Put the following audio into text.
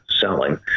selling